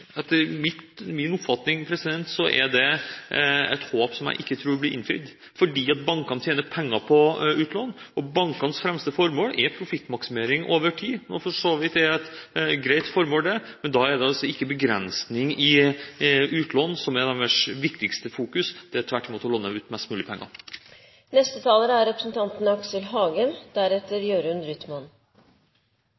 Etter min oppfatning er det et håp som jeg ikke tror blir innfridd, fordi bankene tjener penger på utlån, og bankenes fremste formål er profittmaksimering over tid. Det er for så vidt et greit formål, det, men da er det ikke begrensning i utlån som er deres viktigste fokusering, det er tvert imot å låne ut mest mulig penger.